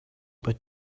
but